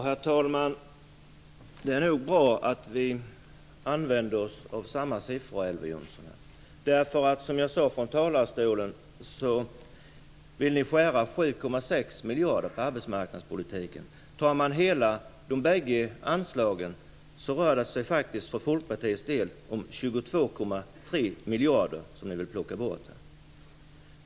Herr talman! Det är nog bra att vi använder oss av samma siffror, Elver Jonsson, för som jag sade från talarstolen vill ni skära ned 7,6 miljarder på arbetsmarknadspolitiken. Tar man med de bägge anslagen rör det sig faktiskt om 22,3 miljarder som folkpartiet vill plocka bort.